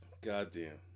Goddamn